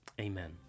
Amen